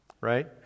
right